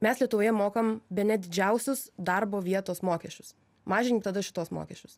mes lietuvoje mokam bene didžiausius darbo vietos mokesčius mažin tada šituos mokesčius